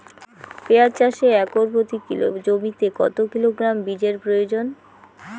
পেঁয়াজ চাষে একর প্রতি জমিতে কত কিলোগ্রাম বীজের প্রয়োজন?